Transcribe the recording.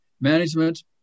management